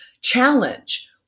challenge